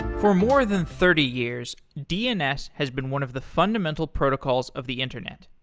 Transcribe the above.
for more than thirty years, dns has been one of the fundamental protocols of the internet.